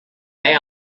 they